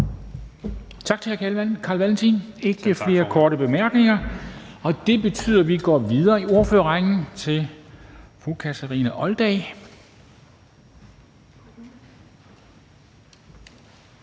Tak til hr. Carl Valentin, der er ikke flere korte bemærkninger. Og det betyder, at vi går videre i ordførerrækken til fru Kathrine Olldag,